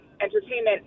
entertainment